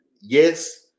yes